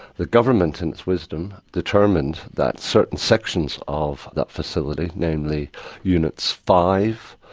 the government in its wisdom determined that certain sections of that facility, namely units five,